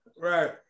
Right